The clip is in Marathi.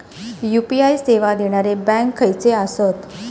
यू.पी.आय सेवा देणारे बँक खयचे आसत?